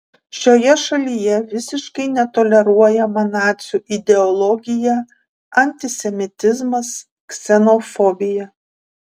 šioje šalyje visiškai netoleruojama nacių ideologija antisemitizmas ksenofobija